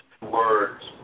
words